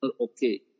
okay